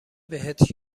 بهت